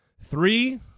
Three